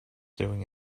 doing